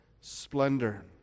splendor